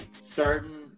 certain